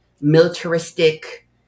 militaristic